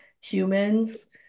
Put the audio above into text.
humans